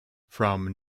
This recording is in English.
from